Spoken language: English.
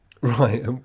Right